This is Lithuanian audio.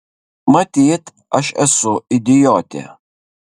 matyt aš esu idiotė